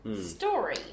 story